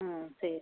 ம் சரி